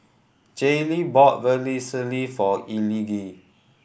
Jaylee bought Vermicelli for Elige